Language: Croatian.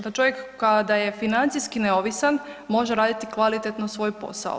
Da čovjek kada je financijski neovisan, može raditi kvalitetno svoj posao.